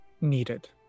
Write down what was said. needed